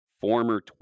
Former